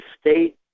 state